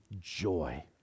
joy